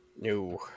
No